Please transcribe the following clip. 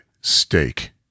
steak